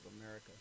America